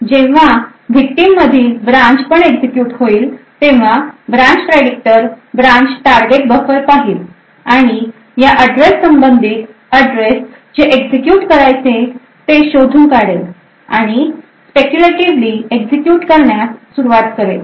जेव्हा victim मधील branch पण एक्झिक्युट होईल तेव्हा branch predictor branch target buffer पाहिल आणि या address संबंधित पुढील address जे एक्झिक्युट करायचे ते शोधून काढेल आणि speculatively एक्झिक्युट करण्यास सुरवात करेल